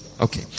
Okay